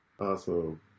awesome